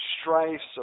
strifes